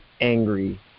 angry